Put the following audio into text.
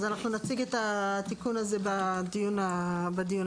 אז אנחנו נציג את התיקון הזה בדיון הבא.